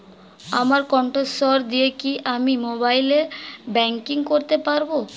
আমার কন্ঠস্বর দিয়ে কি আমি মোবাইলে ব্যাংকিং করতে পারবো?